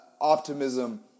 optimism